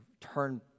turn